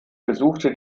besuchte